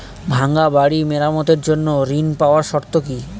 ভাঙ্গা বাড়ি মেরামতের জন্য ঋণ পাওয়ার শর্ত কি?